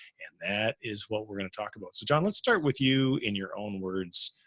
and that is what we're going to talk about. so john, let's start with you in your own words.